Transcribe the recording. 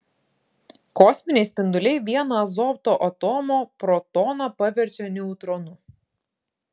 kosminiai spinduliai vieną azoto atomo protoną paverčia neutronu